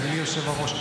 אדוני היושב-ראש,